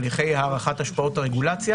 הליכי הערכת השפעות הרגולציה